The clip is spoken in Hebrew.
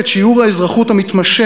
את שיעור האזרחות המתמשך,